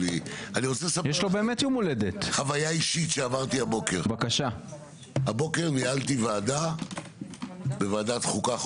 חוויה אישית: הבוקר ניהלתי ישיבה בוועדת החוקה,